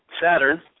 Saturn